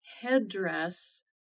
headdress